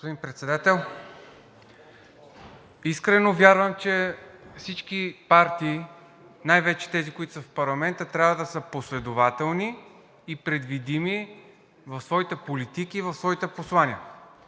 Господин Председател, искрено вярвам, че всички партии, най-вече тези, които са в парламента, трябва да са последователни и предвидими в своите политики и в своите послания.